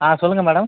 ஆ சொல்லுங்கள் மேடம்